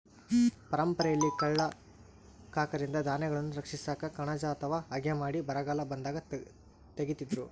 ಪರಂಪರೆಯಲ್ಲಿ ಕಳ್ಳ ಕಾಕರಿಂದ ಧಾನ್ಯಗಳನ್ನು ರಕ್ಷಿಸಾಕ ಕಣಜ ಅಥವಾ ಹಗೆ ಮಾಡಿ ಬರಗಾಲ ಬಂದಾಗ ತೆಗೀತಿದ್ರು